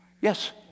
Yes